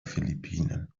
philippinen